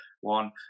one